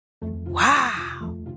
Wow